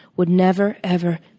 would never, ever,